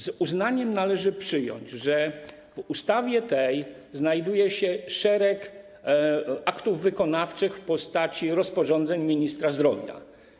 Z uznaniem należy przyjąć, że w ustawie tej znajduje się szereg aktów wykonawczych w postaci rozporządzeń ministra zdrowia.